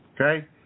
Okay